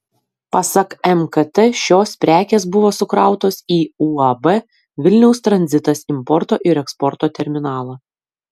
pasak mkt šios prekės buvo sukrautos į uab vilniaus tranzitas importo ir eksporto terminalą